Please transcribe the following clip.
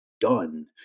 done